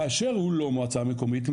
כאשר הוא לא מועצה מקומית,